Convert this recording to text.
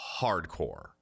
hardcore